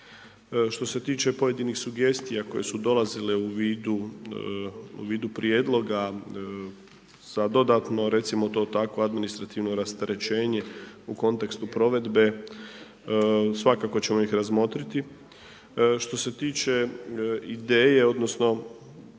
Što se tiče pojedinih sugestija koja su dolazile u vidu, u vidu prijedloga sa dodatno recimo to tako administrativno rasterećenje u kontekstu provedbe, svakako ćemo ih razmotriti. Što se tiče ideje odnosno